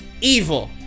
evil